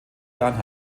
jahren